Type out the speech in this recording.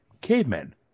cavemen